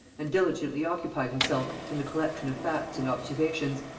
and diligently occupied himself in the collection of facts and observations,